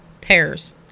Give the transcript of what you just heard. pairs